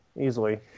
Easily